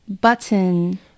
Button